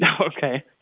Okay